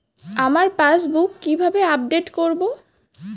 আমার পাসবুক কিভাবে আপডেট করবো?